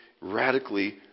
radically